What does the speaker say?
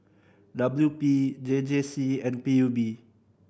W P J J C and P U B